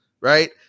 Right